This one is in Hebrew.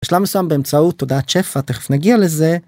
בשלב מסוים באמצעות תודעת שפע, תכף נגיע לזה.